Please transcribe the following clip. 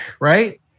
right